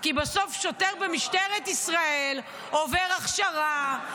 כי בסוף שוטר במשטרת ישראל עובר הכשרה,